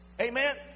Amen